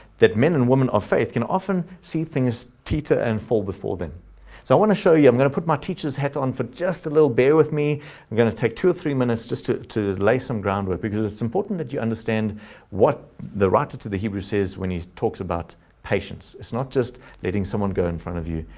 that men and women of faith can often see things titta and fall before them. so i want to show you, i'm going to put my teachers hat on for just a little bear with me, i'm going to take two or three minutes just to to lay some groundwork, because it's important that you understand what the writer to the hebrews says, when he talks about patience. it's not just letting someone go in front of you,